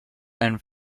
and